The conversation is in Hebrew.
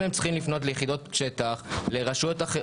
אם הם צריכים לפנות ליחידות שטח, לרשות אחרת